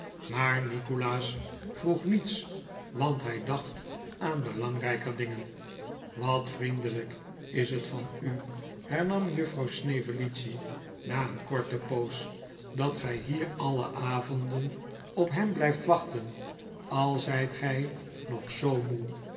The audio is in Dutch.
maar nikolaas vroeg niets want hij dacht aan belangrijker dingen wat vriendelijk is het van u hernam juffrouw snevellicci na een korte poos dat gij hier alle avonden op hem blijft wachten al zijt gij nog zoo moe